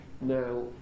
Now